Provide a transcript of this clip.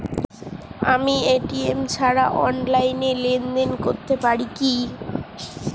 আমি এ.টি.এম ছাড়া অনলাইনে লেনদেন করতে পারি কি?